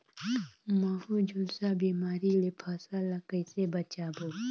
महू, झुलसा बिमारी ले फसल ल कइसे बचाबो?